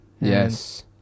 Yes